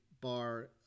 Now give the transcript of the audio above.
bar